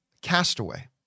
Castaway